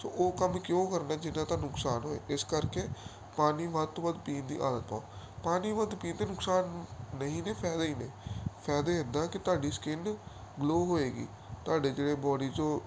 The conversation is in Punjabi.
ਸੋ ਉਹ ਕੰਮ ਕਿਉਂ ਕਰਨਾ ਜਿਹਨਾਂ ਦਾ ਨੁਕਸਾਨ ਹੋਏ ਇਸ ਕਰਕੇ ਪਾਣੀ ਵੱਧ ਤੋਂ ਵੱਧ ਪੀਣ ਦੀ ਆਦਤ ਪਾਓ ਪਾਣੀ ਵੱਧ ਪੀਣ ਦੇ ਨੁਕਸਾਨ ਨਹੀਂ ਨੇ ਫਾਇਦਾ ਹੀ ਨੇ ਫਾਇਦੇ ਇੱਦਾਂ ਕਿ ਤੁਹਾਡੀ ਸਕਿੰਨ ਗਲੋ ਹੋਏਗੀ ਤੁਹਾਡੇ ਜਿਹੜੇ ਬੋਡੀ 'ਚੋਂ